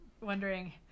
wondering